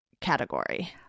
category